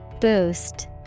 Boost